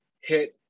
Hit